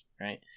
right